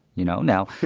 you know. now,